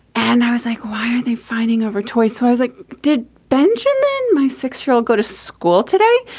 and i was like, why are they fighting over toy? so i was like, did benjamin, my six year old, go to school today?